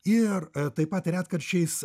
ir taip pat retkarčiais